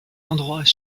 endroits